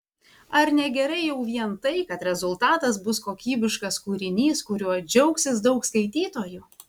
ar ne gerai jau vien tai kad rezultatas bus kokybiškas kūrinys kuriuo džiaugsis daug skaitytojų